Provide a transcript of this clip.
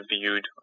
viewed